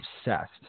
obsessed